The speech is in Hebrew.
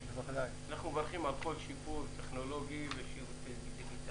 אנחנו מברכים על כל שיפור טכנולוגי ודיגיטלי.